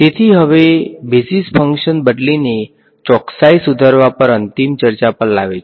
તેથી હવે basis function બદલીને ચોકસાઈ સુધારવા પર અંતિમ ચર્ચા પર લાવે છે